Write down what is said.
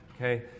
okay